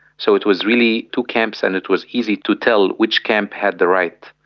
so it was really two camps and it was easy to tell which camp had the right.